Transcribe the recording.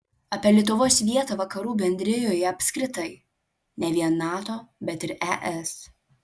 apie lietuvos vietą vakarų bendrijoje apskritai ne vien nato bet ir es